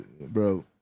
bro